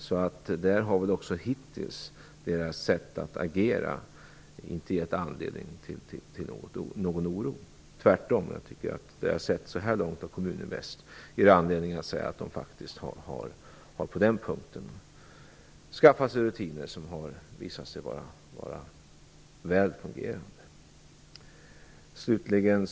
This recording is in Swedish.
Hittills har deras sätt att agera inte givit anledning till någon oro. Tvärtom: Det jag har sett av Kommuninvest så här långt ger anledning att säga att de har skaffat sig rutiner som har visat sig vara väl fungerande.